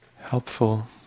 helpful